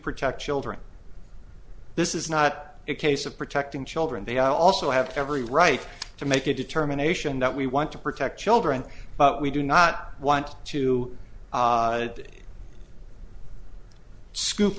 protect children this is not a case of protecting children they also have every right to make a determination that we want to protect children but we do not want to scoop